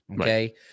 Okay